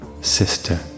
sister